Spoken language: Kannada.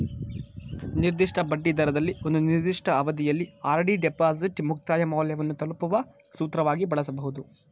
ನಿರ್ದಿಷ್ಟ ಬಡ್ಡಿದರದಲ್ಲಿ ಒಂದು ನಿರ್ದಿಷ್ಟ ಅವಧಿಯಲ್ಲಿ ಆರ್.ಡಿ ಡಿಪಾಸಿಟ್ ಮುಕ್ತಾಯ ಮೌಲ್ಯವನ್ನು ತಲುಪುವ ಸೂತ್ರವಾಗಿ ಬಳಸಬಹುದು